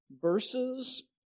Verses